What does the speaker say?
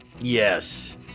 yes